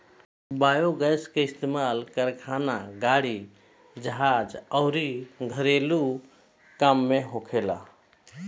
biogas के इस्तमाल कारखाना, गाड़ी, जहाज अउर घरेलु काम में होखेला